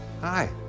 hi